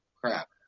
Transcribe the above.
crap